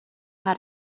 how